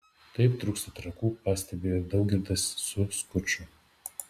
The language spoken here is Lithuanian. taip trūksta trakų pastebi ir daugirdas su skuču